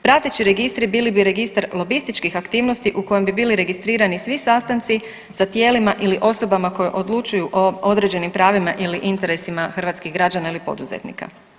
Prateći registri bili bi registar lobističkih aktivnosti u kojem bi bili registrirani svi sastanci sa tijelima ili osobama koje odlučuju o određenim pravima ili interesima hrvatskih građana ili poduzetnika.